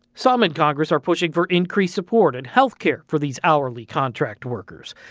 some in congress are pushing for increased support and health care for these hourly contract workers,